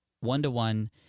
one-to-one